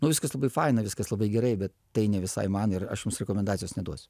nu viskas labai faina viskas labai gerai bet tai ne visai man ir aš jums rekomendacijos neduosiu